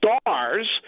stars